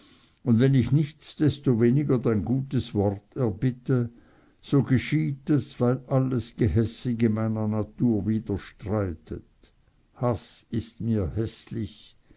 und wenn ich nichtsdestoweniger dein gutes wort erbitte so geschieht es weil alles gehässige meiner natur widerstreitet haß ist mir häßlich